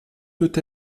peut